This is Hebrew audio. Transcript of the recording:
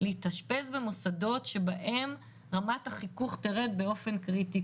להתאשפז במוסדות שבהם רמת החיכוך תרד באופן קריטי.